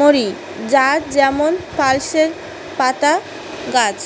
মরি যায় যেমন পার্সলে পাতার গাছ